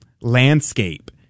landscape